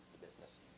business